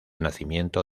nacimiento